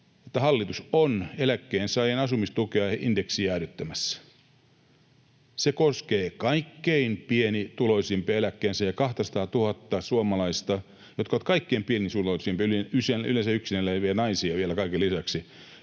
että hallitus on eläkkeensaajien asumistukea indeksijäädyttämässä. Se koskee kaikkein pienituloisimpia eläkkeensaajia, 200 000:aa suomalaista, jotka ovat kaikkein pienituloisimpia, yleensä yksin eläviä naisia vielä kaiken lisäksi,